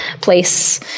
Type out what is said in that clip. place